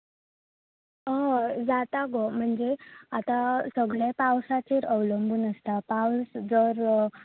हय जाता गो म्हणजे आतां सगळें पावसाचेर अवलंबून आसता पावस जर